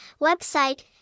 website